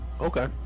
Okay